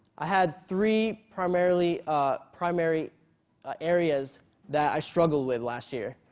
i had three primary ah primary ah areas that i struggled with last year.